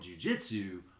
jujitsu